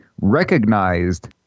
recognized